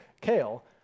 kale